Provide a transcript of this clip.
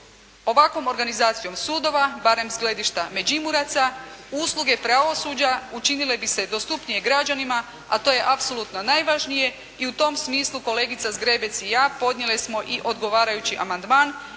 Ovakvom organizacijom sudova barem s gledišta Međimuraca usluge pravosuđa učinile bi se dostupnije građanima a to je apsolutno najvažnije i u tom smislu kolegica Zgrebec i ja podnijele smo i odgovarajući amandman